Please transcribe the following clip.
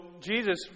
Jesus